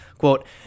Quote